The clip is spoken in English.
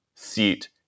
seat